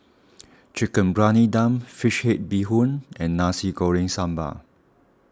Chicken Briyani Dum Fish Head Bee Hoon and Nasi Goreng Sambal